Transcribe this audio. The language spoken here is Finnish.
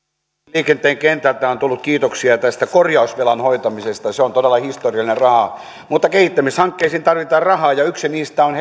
liikenteen kentältä on tullut kiitoksia tästä korjausvelan hoitamisesta se on todella historiallinen raha mutta kehittämishankkeisiin tarvitaan rahaa ja yksi niistä on